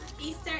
Easter